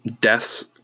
deaths